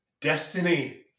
destiny